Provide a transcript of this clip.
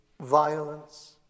violence